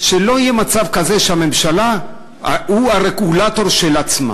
שלא יהיה מצב כזה שהממשלה היא הרגולטור של עצמה.